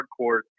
hardcore